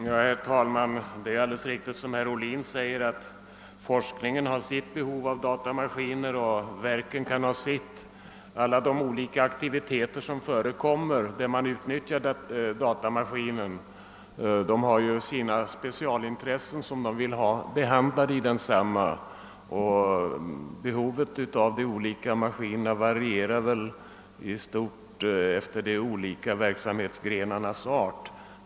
Herr talman! Det är alldeles riktigt, som herr Ohlin säger, att forskningen har sitt behov av datamaskiner och verken har sitt. I alla de olika aktiviteter vari datamaskiner utnyttjas finns speciella intressen och uppgifter som man önskar få behandlade. Behovet av de olika maskinerna varierar efter de olika verksamhetsgrenarnas art.